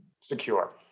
secure